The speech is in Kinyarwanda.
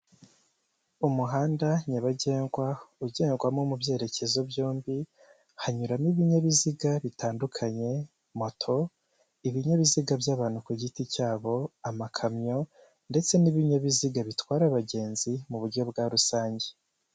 Umuhanda nyabagendwa ugendwamo mu byerekezo byombi hanyuramo ibinyabiziga bitandukanye moto ibinyabiziga by'abantu ku giti cyabo amakamyo ndetse n'ibinyabiziga bitwara abagenzi mu buryo bwa rusange.